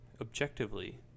objectively